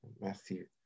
Matthew